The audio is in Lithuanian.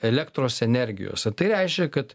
elektros energijos a tai reiškia kad